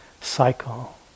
cycle